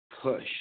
push